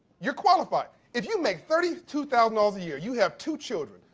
you're qualified. if you make thirty two thousand dollars a year, you have two children,